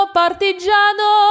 partigiano